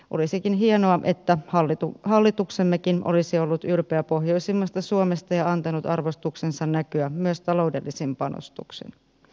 olisikin hienoa että hallitukhallituksemmekin olisi ollut ylpeä pohjoisimmasta suomesta ja antanut arvostuksensa näkyä myös taloudellisin panostuksinn